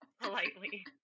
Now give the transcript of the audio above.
Politely